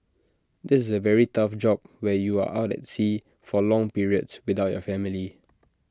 this is A very tough job where you are out at sea for long periods without your family